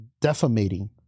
defamating